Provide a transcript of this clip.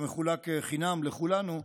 שמחולק חינם לכולנו,